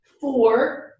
Four